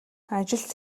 ажилд